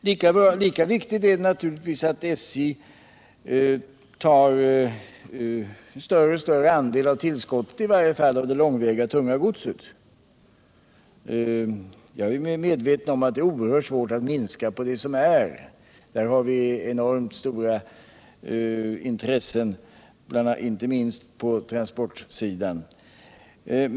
Lika viktigt är det givetvis att SJ tar större och större andel av tillskottet i varje fall av det långväga tunga godset. Jag är medveten om att det är oerhört svårt att minska på det som är — där har vi enormt stora intressen, inte minst på transportsidan.